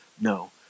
no